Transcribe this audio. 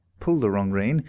pull the wrong rein,